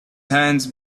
hands